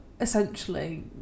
essentially